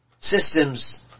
systems